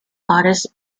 artist